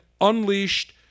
unleashed